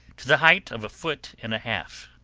to the height of a foot and a half.